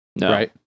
Right